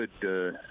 good